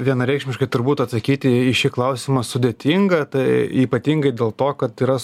vienareikšmiškai turbūt atsakyti į šį klausimą sudėtinga tai ypatingai dėl to kad yra